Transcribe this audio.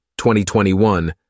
2021